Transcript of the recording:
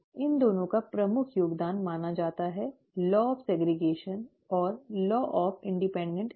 इन दोनों का प्रमुख योगदान माना जाता है 'law of segregation' और 'law of independent assortment'